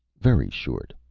very short.